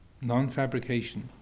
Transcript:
non-fabrication